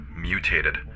mutated